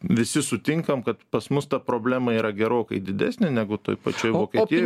visi sutinkam kad pas mus ta problema yra gerokai didesnė negu toj pačioj vokietijoj